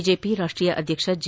BJP ರಾಷ್ಷೀಯ ಅಧ್ಯಕ್ಷ J